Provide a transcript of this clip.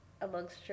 amongst